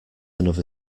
another